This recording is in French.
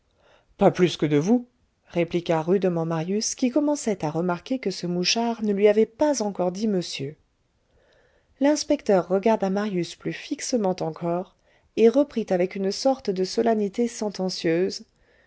pas plus que de vous répliqua rudement marius qui commençait à remarquer que ce mouchard ne lui avait pas encore dit monsieur l'inspecteur regarda marius plus fixement encore et reprit avec une sorte de solennité sentencieuse